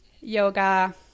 Yoga